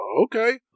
Okay